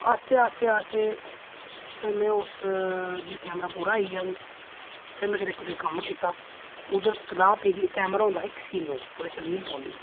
आस्ते आस्ते आस्ते फिर में उस दी कैमरा पूरा आई गेआ मिगी फिर में इक दो कम्म कीता उद्धर कताब पेदी कैमरा होंदा हा इक कसीनो ओह्दे च रील पौंदी ही